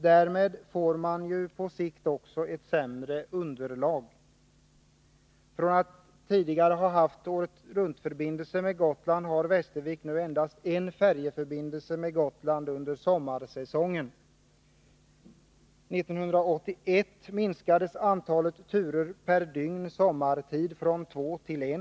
Därmed får man ju på sikt också ett sämre underlag. Från att tidigare ha haft året-runt-förbindelse med Gotland har Västervik nu endast en färjeförbindelse med Gotland under sommarsäsongen. År 1981 minskades antalet turer per dygn sommartid från två till en.